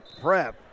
prep